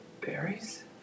Berries